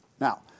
Now